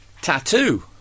Tattoo